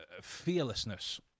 fearlessness